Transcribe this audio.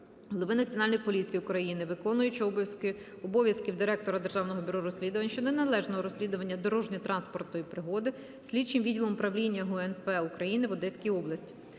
голови Національної поліції України, виконувача обов'язків Директора Державного бюро розслідувань щодо неналежного розслідування дорожньо-транспортної пригоди слідчим відділом Управління ГУНП України в Одеській області.